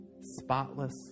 spotless